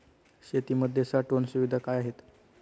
शेतीमध्ये साठवण सुविधा काय आहेत?